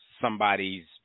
somebody's